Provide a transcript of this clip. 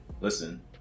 Listen